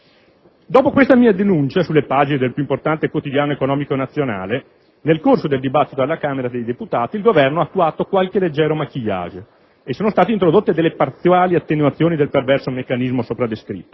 Dopo questa mia denuncia sulle pagine del più importante quotidiano economico nazionale, il Governo, nel corso del dibattito alla Camera dei deputati, ha attuato qualche leggero *maquillage* e sono state introdotte delle parziali attenuazioni del perverso meccanismo sopra descritto;